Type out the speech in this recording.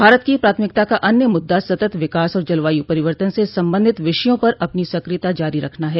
भारत की प्राथमिकता का अन्य मुद्दा सतत् विकास और जलवायु परिवर्तन से संबंधित विषयों पर अपनी सक्रियता जारी रखना है